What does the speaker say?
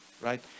right